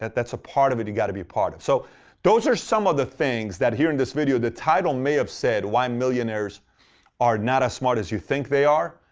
that's a part of it you've got to be part of. so those are some of the things that here in this video the title may have said why millionaires are not as smart as you think they are.